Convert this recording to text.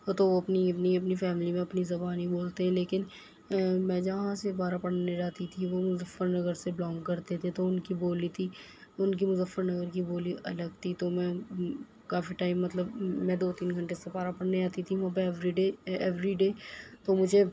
وہ تو اپنی اپنی اپنی فیملی میں اپنی زبان ہی بولتے ہیں لیکن میں جہاں سپارہ پڑھنے جاتی تھی وہ مظفر نگر سے بلانگ کرتے تھے تو ان کی بولی تھی ان کی مظفر نگر کی بولی الگ تھی تو میں کافی ٹائم مطلب میں دو تین گھنٹے سپارہ پڑھنے جاتی تھی وہ ایوری ڈے ایوری ڈے تو مجھے